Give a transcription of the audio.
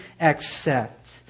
accept